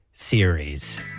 Series